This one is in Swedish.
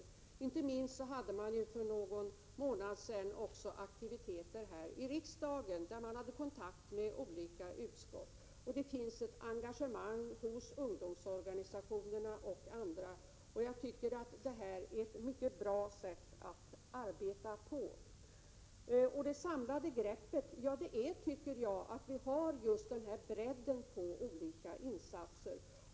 För någon månad sedan hade man t.o.m. aktiviteter här i riksdagen. Bl. a. hade man kontakt med olika utskott. Vidare finns det ett engagemang hos ungdomsorganisationerna och andra. Jag tycker att det här är ett mycket bra sätt att arbeta på. Det samlade greppet innebär, enligt min uppfattning, att vi har just den här bredden när det gäller olika insatser.